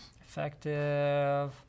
Effective